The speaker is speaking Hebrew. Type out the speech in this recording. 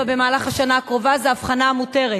במהלך השנה הקרובה היא ההבחנה המותרת,